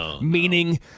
meaning